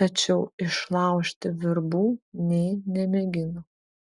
tačiau išlaužti virbų nė nemėgino